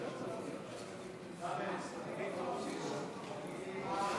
זאת בהמשך למילוי התפקיד על ידיו מיום 18 בנובמבר